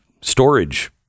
storage